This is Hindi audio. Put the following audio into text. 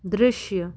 दृश्य